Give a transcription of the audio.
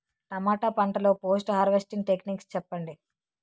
టమాటా పంట లొ post harvesting techniques చెప్పండి?